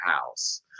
house